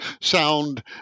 sound